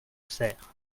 cère